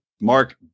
Mark